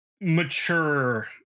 mature